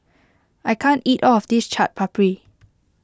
I can't eat all of this Chaat Papri